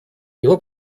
его